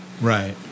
Right